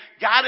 God